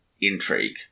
intrigue